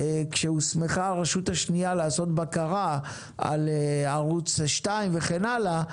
כשהוסמכה הרשות השנייה לעשות בקרה על ערוץ 2 וכן הלאה,